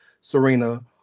Serena